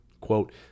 quote